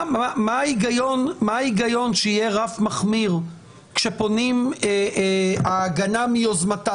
מה ההיגיון שיהיה רף מחמיר כשפונה ההגנה מיוזמתה